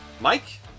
Mike